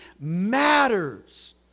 matters